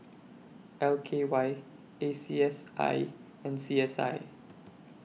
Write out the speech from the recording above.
L K Y A C S I and C S I